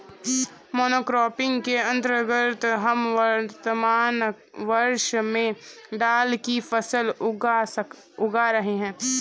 monocropping के अंतर्गत हम वर्तमान वर्ष में दाल की फसल उगा रहे हैं